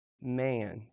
man